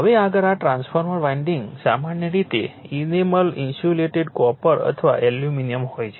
હવે આગળ આ ટ્રાન્સફોર્મર વાઇન્ડિંગ સામાન્ય રીતે ઇનેમલ ઇન્સ્યુલેટેડ કોપર અથવા એલ્યુમિનિયમનું હોય છે